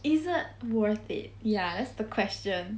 is it worth it ya that's the question